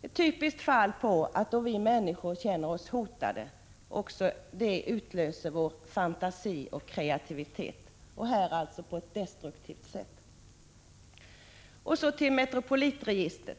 Dessa råd är typiska exempel på att vi människor då vi känner oss hotade också får utlopp för vår fantasi och kreativitet, och i det här fallet alltså på ett destruktivt sätt. Och så till Metropolitregistret.